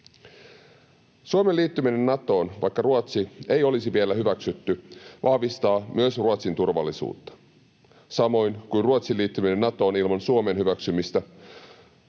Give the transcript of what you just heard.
Suomen liittyminen Natoon, vaikka Ruotsi ei olisi vielä hyväksytty, vahvistaa myös Ruotsin turvallisuutta, samoin kuin Ruotsin liittyminen Natoon ilman Suomen hyväksymistä